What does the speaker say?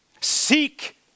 Seek